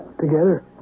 together